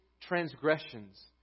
transgressions